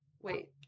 wait